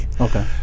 okay